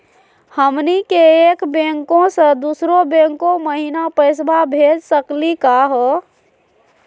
हमनी के एक बैंको स दुसरो बैंको महिना पैसवा भेज सकली का हो?